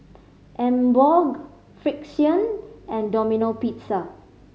Emborg Frixion and Domino Pizza